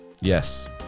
Yes